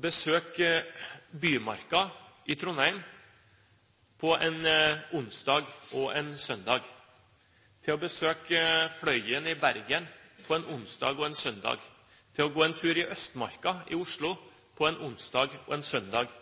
besøke Bymarka i Trondheim på en onsdag og en søndag, til å besøke Fløyen i Bergen på en onsdag og en søndag, til å gå en tur i Østmarka i Oslo på en onsdag og en søndag,